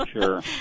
Sure